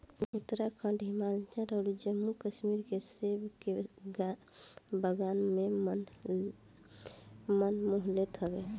उत्तराखंड, हिमाचल अउरी जम्मू कश्मीर के सेब के बगान मन मोह लेत हवे